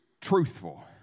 truthful